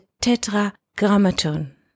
tetragrammaton